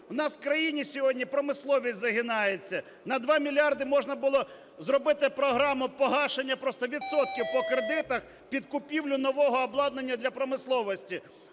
У нас в країні сьогодні промисловість загинається. На 2 мільярди можна було зробити програму погашення просто відсотків по кредитах під купівлю нового обладнання для промисловості.